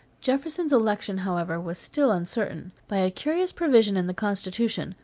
jefferson's election, however, was still uncertain. by a curious provision in the constitution,